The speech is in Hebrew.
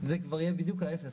זה כבר יהיה בדיוק ההפך,